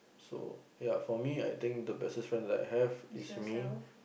so ya for me I think the bestest friend that I have is me